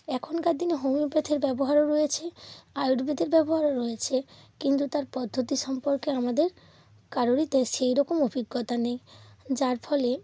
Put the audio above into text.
এখনকার দিনে হোমিওপ্যাথির ব্যবহারও রয়েছে আয়ুর্বেদের ব্যবহারও রয়েছে কিন্তু তার পদ্ধতি সম্পর্কে আমাদের কারুরই তে সেই রকম অভিজ্ঞতা নেই যার ফলে